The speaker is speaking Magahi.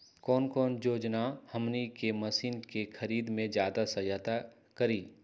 कौन योजना हमनी के मशीन के खरीद में ज्यादा सहायता करी?